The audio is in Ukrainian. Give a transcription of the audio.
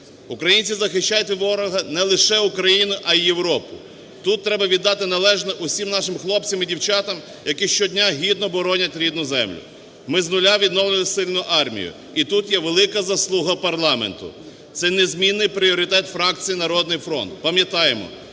Українці захищають від ворога не лише Україну, а і Європу. Тут треба віддати належне усім нашим хлопцям і дівчатам, які щодня гідно боронять рідну землю. Ми з нуля відновлюємо сильну армію і тут є велика заслуга парламенту. Це незмінний пріоритет фракції "Народний фронт". Пам'ятаємо,